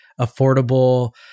affordable